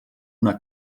una